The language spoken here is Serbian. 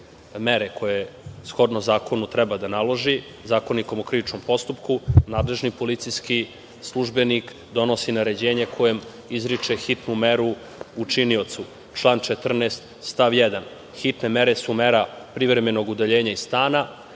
mere koje shodno zakonu treba da naloži Zakonikom o krivičnom postupku, nadležni policijski službenik donosi naređenje kojim izriče hitnu meru učiniocu. Član 14. stav 1. – hitne mere su mera privremenog udaljenja iz stana,